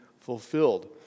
fulfilled